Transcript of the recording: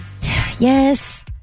Yes